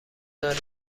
داری